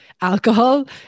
alcohol